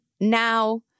now